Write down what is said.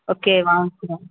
okay வாங்கிக்கிறோம்